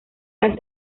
las